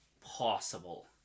possible